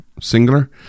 singular